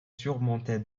surmontée